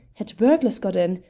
had burglars got in?